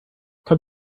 can